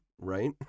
right